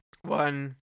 one